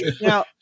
Now